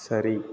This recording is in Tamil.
சரி